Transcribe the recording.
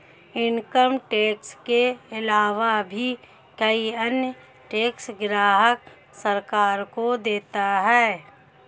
income tax के आलावा भी कई अन्य टैक्स ग्राहक सरकार को देता है